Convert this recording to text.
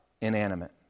inanimate